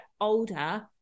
older